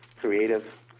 creative